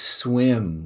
swim